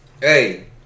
hey